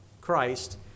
Christ